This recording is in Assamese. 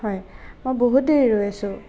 হয় মই বহুত দেৰি ৰৈ আছোঁ